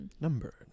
Number